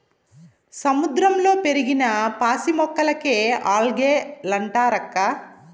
సముద్రంలో పెరిగిన పాసి మొక్కలకే ఆల్గే లంటారక్కా